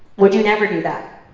would you never do that?